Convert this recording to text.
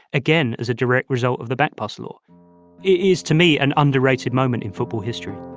again, as a direct result of the backpass law. it is, to me, an underrated moment in football history